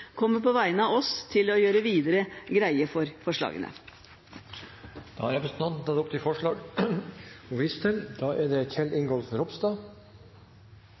kommer på vegne av Arbeiderpartiet til å gjøre videre greie for forslagene. Representanten Lise Wiik har tatt opp de forslagene hun refererte. Jeg vil få lov til